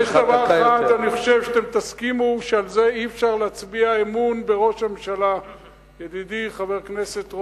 אבל יש דבר אחד, חברי הכנסת,